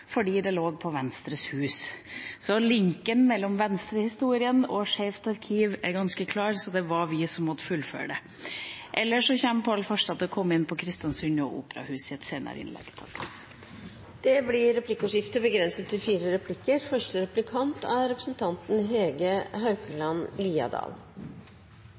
fordi det lå i Venstres Hus. Så linken mellom Venstre-historien og Skeivt arkiv er ganske klar, så det var vi som måtte fullføre det. Ellers kommer Pål Farstad til å komme inn på Kristiansund og operahus i et senere innlegg. Det blir replikkordskifte. Knutepunktordningen foreslås avviklet gjennom statsbudsjettforslaget, uten at Stortinget har fått mulighet til